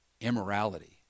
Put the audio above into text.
immorality